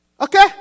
okay